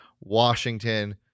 Washington